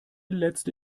letzte